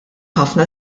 ħafna